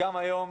גם היום,